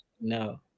no